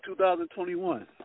2021